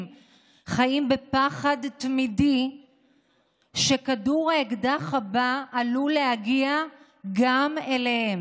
חיים בפחד תמידי שכדור האקדח הבא עלול להגיע גם אליהם.